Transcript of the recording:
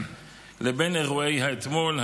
לבין אירועי האתמול,